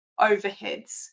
overheads